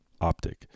optic